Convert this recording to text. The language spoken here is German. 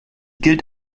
gilt